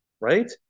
right